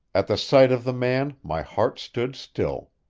at the sight of the man my heart stood still.